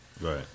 Right